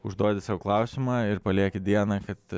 užduodi sau klausimą ir palieki dienai kad